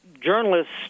journalists